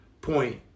point